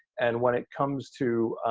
and when it comes to